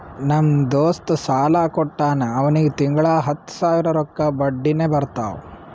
ನಮ್ ದೋಸ್ತ ಸಾಲಾ ಕೊಟ್ಟಾನ್ ಅವ್ನಿಗ ತಿಂಗಳಾ ಹತ್ತ್ ಸಾವಿರ ರೊಕ್ಕಾ ಬಡ್ಡಿನೆ ಬರ್ತಾವ್